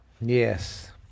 Yes